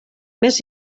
més